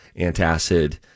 antacid